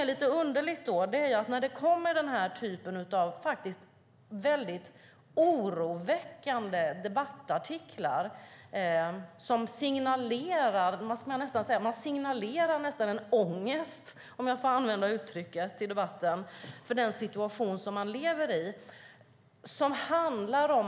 Men den här typen av oroväckande debattartiklar signalerar nästan en ångest, om jag får använda uttrycket i debatten, för den situation som människor lever i.